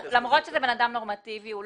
למרות שזה בן אדם נורמטיבי אבל הוא